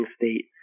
state